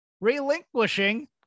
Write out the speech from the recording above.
relinquishing